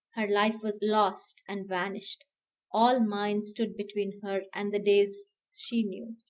her life was lost and vanished all mine stood between her and the days she knew.